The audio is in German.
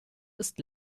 ist